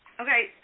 Okay